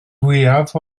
fwyaf